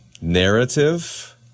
narrative